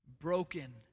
broken